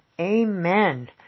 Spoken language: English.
amen